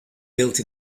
built